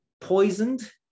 poisoned